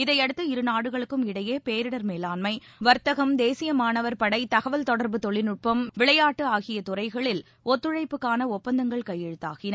இதையடுத்து இரு நாடுகளுக்கும் இடையே பேரிடர் மேலாண்மை வர்த்தகம் தேசிய மாணவர் படை தகவல் மற்றும் தொடர்பு தொழில்நுட்பம் விளையாட்டு ஆகிய துறைகளில் ஒத்துழைப்புக்கான ஒப்பந்தங்கள் கையெழுத்தாகின